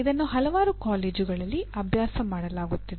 ಇದನ್ನು ಹಲವಾರು ಕಾಲೇಜುಗಳಲ್ಲಿ ಅಭ್ಯಾಸ ಮಾಡಲಾಗುತ್ತಿದೆ